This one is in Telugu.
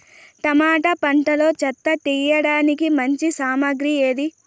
టమోటా పంటలో చెత్త తీయడానికి మంచి సామగ్రి ఏది?